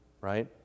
right